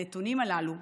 הנתונים הללו,